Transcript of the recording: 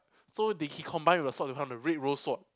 so they he combined with the sword to become the red rose sword